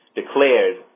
declared